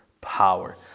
power